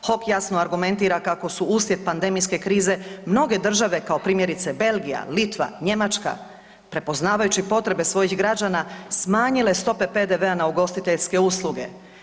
HOK jasno argumentira kako su uslijed pandemijske krize mnoge države kao primjerice Belgija, Litva, Njemačka, prepoznavajući potrebe svojih građana smanjile stope PDV-a na ugostiteljske usluge.